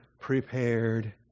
prepared